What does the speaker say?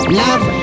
love